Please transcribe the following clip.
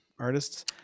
artists